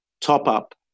top-up